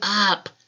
up